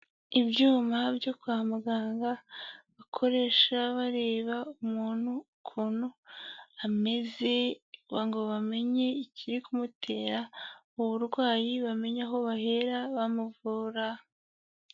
Ibyuma byo kwa muganga bakoresha bareba umuntu ukuntu ameze kugira ngo bamenye ikiri kumutera uburwayi, bamenye aho bahera bamuvura.